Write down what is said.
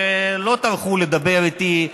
שלא טרחו לדבר איתי,